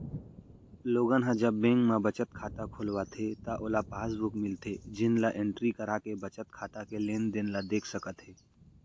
लोगन ह जब बेंक म बचत खाता खोलवाथे त ओला पासबुक मिलथे जेन ल एंटरी कराके बचत खाता के लेनदेन ल देख सकत हे